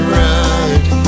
ride